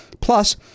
plus